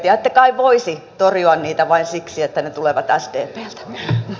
ette kai voisi torjua niitä vain siksi että ne tulevat sdpltä